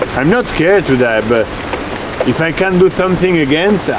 i'm not scared to that but if i can do something against,